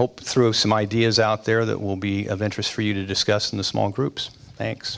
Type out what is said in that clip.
hope through some ideas out there that will be of interest for you to discuss in the small groups thanks